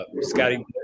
scotty